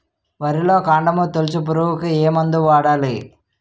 వరిలో కాండము తొలిచే పురుగుకు ఏ మందు వాడాలి?